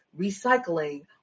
recycling